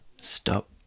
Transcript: Stop